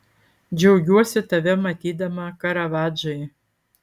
džiaugiuosi tave matydama karavadžai